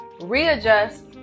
readjust